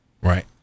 Right